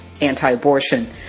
anti-abortion